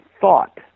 thought